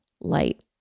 light